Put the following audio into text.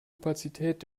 opazität